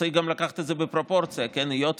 צריך גם לקחת את זה בפרופורציה, כן?